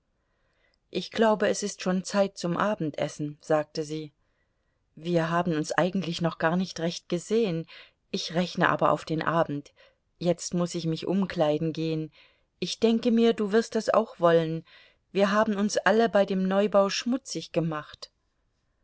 ich glaube es ist schon zeit zum abendessen sagte sie wir haben uns eigentlich noch gar nicht recht gesehen ich rechne aber auf den abend jetzt muß ich mich umkleiden gehen ich denke mir du wirst das auch wollen wir haben uns alle bei dem neubau schmutzig gemacht